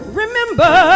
remember